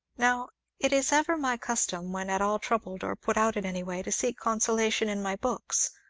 now it is ever my custom, when at all troubled or put out in any way, to seek consolation in my books,